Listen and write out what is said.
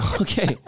Okay